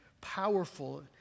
powerful